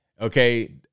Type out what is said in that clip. okay